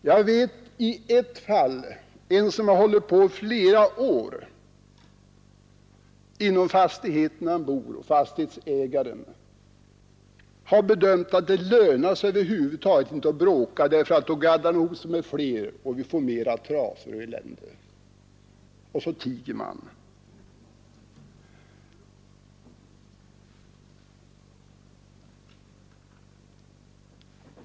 Jag känner till ett sådant fall, där en man har hållit på så i flera år inom den fastighet där man bor, men fastighetsägaren har bedömt att det över huvud taget inte lönar sig att bråka med honom, därför att han då bara skulle gadda ihop sig med flera likadana, och det skulle bara bli ännu mera trasor och elände. Och så tiger man.